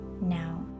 now